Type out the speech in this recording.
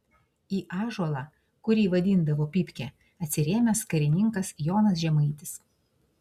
į ąžuolą kurį vadindavo pypke atsirėmęs karininkas jonas žemaitis